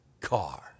car